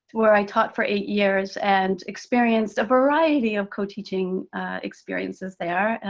where i taught for eight years, and experienced a variety of co-teaching experiences there,